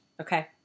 Okay